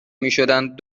میشدند